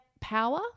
power